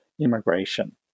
immigration